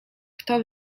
kto